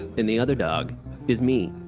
and the other dog is me,